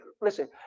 listen